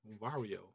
Wario